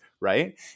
right